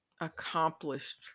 accomplished